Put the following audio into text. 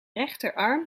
rechterarm